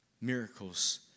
miracles